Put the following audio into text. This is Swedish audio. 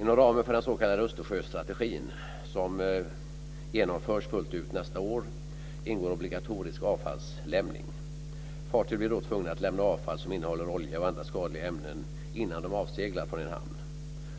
Inom ramen för den s.k. Östersjöstrategin som genomförs fullt ut nästa år ingår obligatorisk avfallslämning. Fartyg blir då tvungna att lämna avfall som innehåller olja och andra skadliga ämnen innan de avseglar från en hamn.